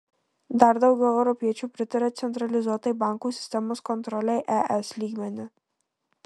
dar daugiau europiečių pritaria centralizuotai bankų sistemos kontrolei es lygmeniu